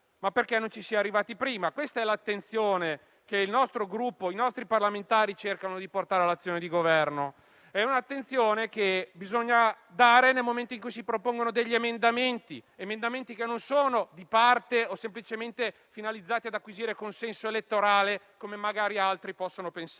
ma perché non ci si è arrivati prima? Questa è quanto il nostro Gruppo, i nostri parlamentari, cercano di portare all'attenzione del Governo; un'attenzione che bisogna prestare nei momenti in cui si propongono degli emendamenti, che non sono di parte o semplicemente finalizzati ad acquisire consenso elettorale, come magari altri possono pensare.